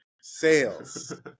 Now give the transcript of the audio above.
sales